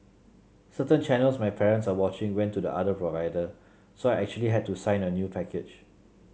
certain channels my parents are watching went to the other provider so I actually had to sign a new package